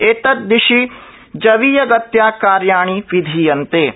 एतद्दिशि जवीयगत्या कार्याणि विधीयन्ते